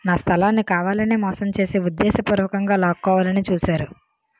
నా స్థలాన్ని కావాలనే మోసం చేసి ఉద్దేశపూర్వకంగా లాక్కోవాలని చూశారు